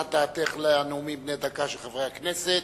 שנתת דעתך לנאומים בני דקה של חברי הכנסת.